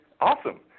awesome